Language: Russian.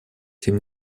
тем